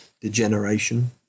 degeneration